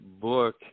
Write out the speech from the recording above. book